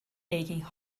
aching